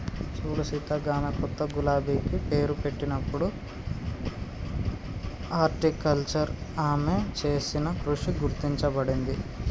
సూడు సీత గామె కొత్త గులాబికి పేరు పెట్టినప్పుడు హార్టికల్చర్ ఆమె చేసిన కృషి గుర్తించబడింది